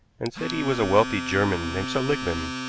and said he was a wealthy german named seligmann,